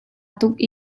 tuk